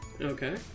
Okay